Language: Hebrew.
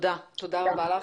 תודה רבה לך.